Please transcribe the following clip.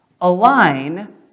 align